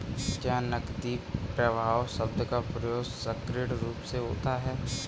क्या नकदी प्रवाह शब्द का प्रयोग संकीर्ण रूप से होता है?